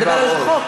אתה מדבר על חוק.